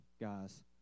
guys